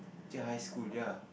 high school ya